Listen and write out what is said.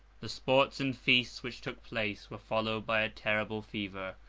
the sports and feasts which took place were followed by a terrible fever,